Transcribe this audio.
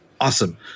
awesome